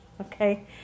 Okay